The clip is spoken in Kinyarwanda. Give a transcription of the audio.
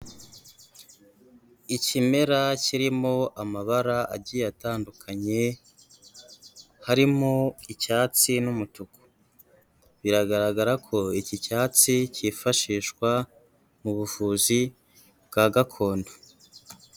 Ikimera kirimo amabara agiye atandukanye, harimo icyatsi n'umutuku, biragaragara ko iki cyatsi cyifashishwa mu buvuzi bwa gakondo.